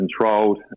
controlled